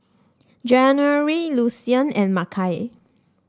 January Lucien and Makai